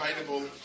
available